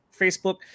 Facebook